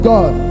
God